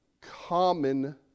common